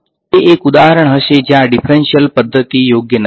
તેથી તે એક ઉદાહરણ હશે જ્યાં ડીફરંશીયલ પદ્ધતિ યોગ્ય નથી